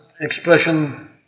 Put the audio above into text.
expression